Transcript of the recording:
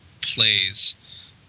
plays